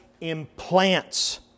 implants